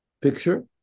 picture